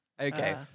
Okay